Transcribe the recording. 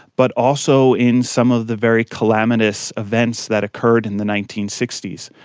but also in some of the very calamitous events that occurred in the nineteen sixty s,